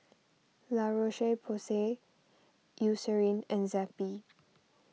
La Roche Porsay Eucerin and Zappy